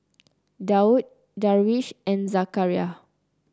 Daud Darwish and Zakaria